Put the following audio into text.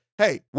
Hey